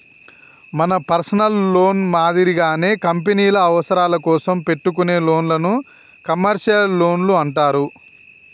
మన personal loan మాదిరిగానే కంపెనీల అవసరాల కోసం పెట్టుకునే లోన్లను కమర్షియల్ లోన్లు అంటారు